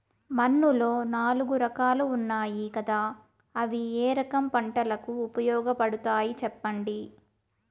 మన్నులో నాలుగు రకాలు ఉన్నాయి కదా అవి ఏ రకం పంటలకు ఉపయోగపడతాయి చెప్పండి?